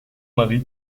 marie